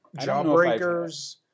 Jawbreakers